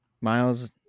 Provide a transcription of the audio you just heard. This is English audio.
miles